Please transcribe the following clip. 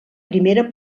primera